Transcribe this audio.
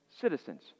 citizens